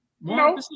no